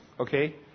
Okay